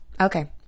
Okay